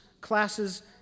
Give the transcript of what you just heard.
classes